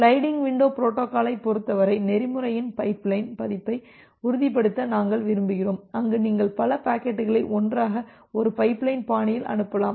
sliding window பொரோட்டோகாலைப் பொறுத்தவரை நெறிமுறையின் பைப்லைன் பதிப்பை உறுதிப்படுத்த நாங்கள் விரும்புகிறோம் அங்கு நீங்கள் பல பாக்கெட்டுகளை ஒன்றாக ஒரு பைப்லைன் பாணியில் அனுப்பலாம்